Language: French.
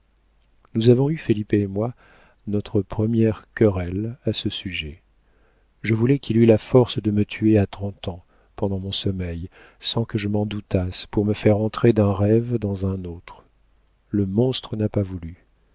nous avons eu felipe et moi notre première querelle à ce sujet je voulais qu'il eût la force de me tuer à trente ans pendant mon sommeil sans que je m'en doutasse pour me faire entrer d'un rêve dans un autre le monstre n'a pas voulu